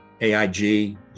AIG